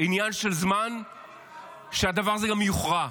עניין של זמן שהדבר הזה גם יוכרע,